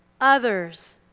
others